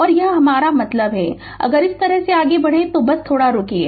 और यह हमारा मतलब होगा अगर इस तरह से आगे बढ़ें तो बस रुकिए